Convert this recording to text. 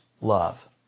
love